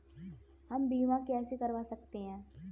हम बीमा कैसे करवा सकते हैं?